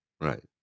right